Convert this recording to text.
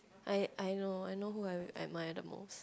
I I know I know who I admire the most